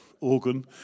Organ